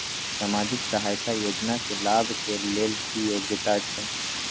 सामाजिक सहायता योजना के लाभ के लेल की योग्यता छै?